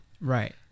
Right